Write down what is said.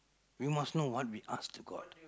we must know what we ask to god